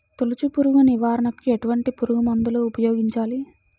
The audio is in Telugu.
తొలుచు పురుగు నివారణకు ఎటువంటి పురుగుమందులు ఉపయోగించాలి?